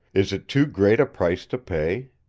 is it too great a price to pay?